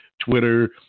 Twitter